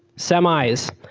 semis,